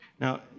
Now